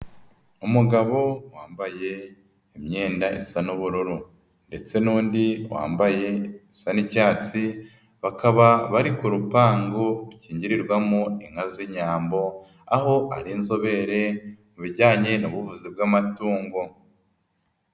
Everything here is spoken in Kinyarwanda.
Umugabo wambaye imyenda isa n'ubururu ndetse n'undi wambaye isa n'icyatsi bakaba bari ku rupangu rukingirirwamo inka z'Inyambo aho ari inzobere mu bijyanye n'ubuvuzi bw'amatungo.